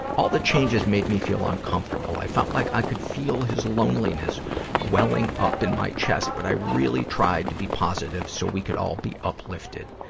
all the changes made me feel uncomfortable. i felt like i could feel his loneliness welling up in my chest, but i really tried to be positive so we could all be uplifted.